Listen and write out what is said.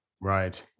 Right